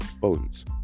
bones